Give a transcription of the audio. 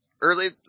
early –